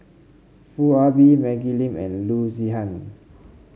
Foo Ah Bee Maggie Lim and Loo Zihan